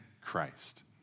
Christ